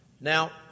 Now